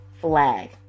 flag